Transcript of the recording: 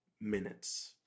minutes